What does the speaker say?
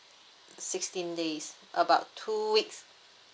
sixteen days about two weeks